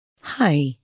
Hi